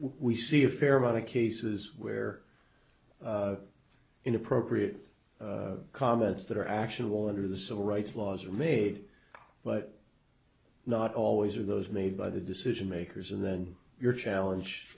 we see a fair amount of cases where inappropriate comments that are actual under the civil rights laws are made but not always are those made by the decision makers and then your challenge